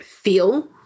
feel